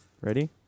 Ready